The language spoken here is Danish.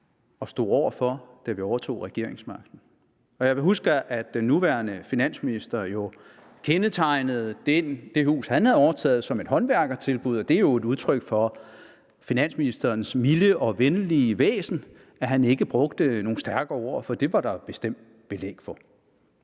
og stod over for, da vi overtog regeringsmagten. Jeg husker, at den nuværende finansminister jo kendetegnede det hus, han havde overtaget, som et håndværkertilbud, og det er et udtryk for finansministerens milde og venlige væsen, at han ikke brugte nogle stærkere ord, for det var der bestemt belæg for.